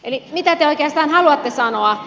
eli mitä te oikeastaan haluatte sanoa